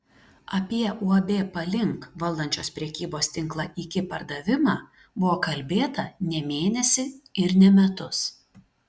apie uab palink valdančios prekybos tinklą iki pardavimą buvo kalbėta ne mėnesį ir ne metus